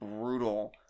brutal